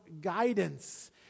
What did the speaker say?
guidance